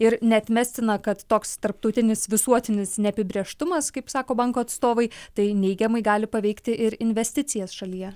ir neatmestina kad toks tarptautinis visuotinis neapibrėžtumas kaip sako banko atstovai tai neigiamai gali paveikti ir investicijas šalyje